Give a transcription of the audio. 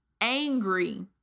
angry